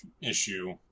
issue